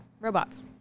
Robots